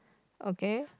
okay